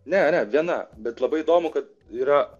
ne ne viena bet labai įdomu kad yra